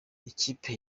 ikipe